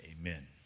Amen